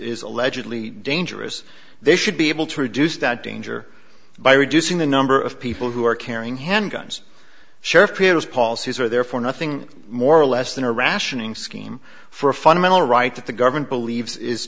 is allegedly dangerous they should be able to reduce that danger by reducing the number of people who are carrying handguns sheriff creators policies are therefore nothing more or less than a rationing scheme for a fundamental right that the government believes i